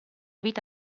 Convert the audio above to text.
vita